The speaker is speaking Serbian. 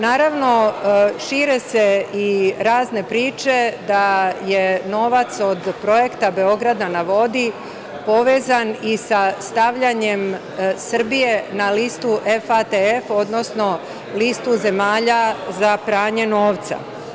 Naravno, šire se i razne priče da je novac od projekta „Beograd na vodi“ povezan i sa stavljanjem Srbije na listu FATF, listu zemalja za pranje novca.